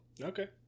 Okay